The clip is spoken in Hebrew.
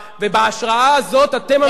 ובהשראה הזאת אתם ממשיכים לפעול.